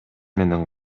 менен